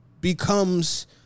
becomes